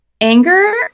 Anger